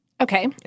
Okay